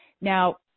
Now